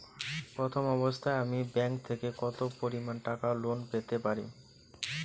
প্রথম অবস্থায় আমি ব্যাংক থেকে কত পরিমান টাকা লোন পেতে পারি?